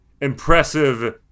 impressive